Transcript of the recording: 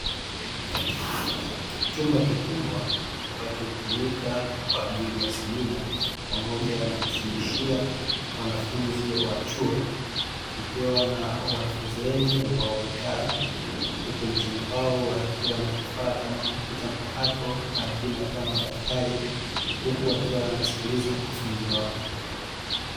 Chumba kikubwa ambacho hutumika kwa ajili ya semina pamoja na kufundishia wanafunzi wa chuo, kikiwa na wanafunzi wengi ambao wamekaa huku mezani kwao wakiwa na vifaa kama kompyuta mpakato na wengine wakiwa na madaftari; huku wakiwa wanamsikiliza mkufunzi wao.